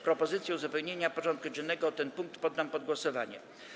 Propozycję uzupełnienia porządku dziennego o ten punkt poddam pod głosowanie.